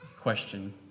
question